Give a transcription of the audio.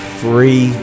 free